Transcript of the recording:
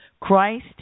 Christ